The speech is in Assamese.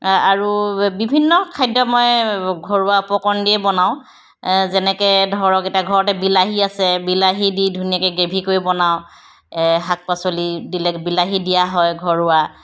আৰু বিভিন্ন খাদ্য মই ঘৰুৱা উপকৰণ দিয়ে বনাওঁ যেনেকৈ ধৰক এতিয়া ঘৰতে বিলাহী আছে বিলাহী দি ধুনীয়াকৈ গ্ৰেভি কৰি বনাওঁ শাক পাচলি দিলে বিলাহী দিয়া হয় ঘৰুৱা